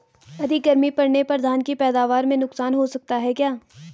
अधिक गर्मी पड़ने पर धान की पैदावार में नुकसान हो सकता है क्या?